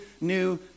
new